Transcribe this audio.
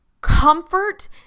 comfort